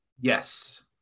yes